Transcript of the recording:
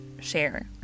share